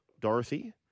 Dorothy